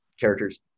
character's